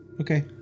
Okay